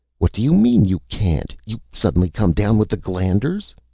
what do you mean, you can't? you suddenly come down with the glanders?